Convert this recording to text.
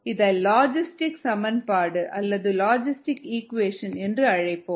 இதை லாஜிஸ்டிக் சமன்பாடு என்று அழைப்போம்